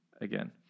again